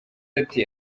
ati